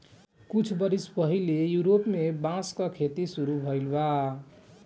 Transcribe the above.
कुछ बरिस पहिले यूरोप में बांस क खेती शुरू भइल बा